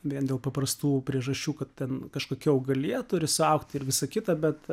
vien dėl paprastų priežasčių kad ten kažkokia augalija turi suaugti ir visa kita bet